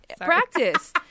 practice